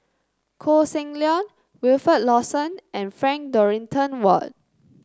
Koh Seng Leong Wilfed Lawson and Frank Dorrington Ward